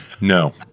No